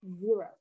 zero